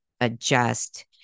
adjust